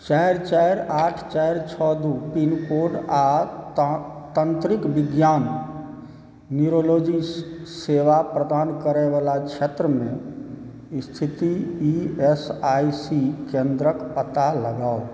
चारि चारि आठ चारि छओ दू पिनकोड आ तंत्रिक विज्ञान सेवा प्रदान करयबला क्षेत्रमे स्थित ई एस आई सी केंद्रक पता लगाउ